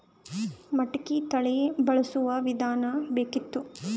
ಮಟಕಿ ತಳಿ ಬಳಸುವ ವಿಧಾನ ಬೇಕಿತ್ತು?